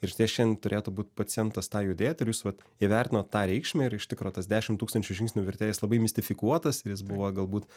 ir šiandien turėtų būt pacientas tą judėt ir jūs vat įvertinot tą reikšmę ir iš tikro tas dešimt tūkstančių žingsnių vertė jis labai mistifikuotas ir jis buvo galbūt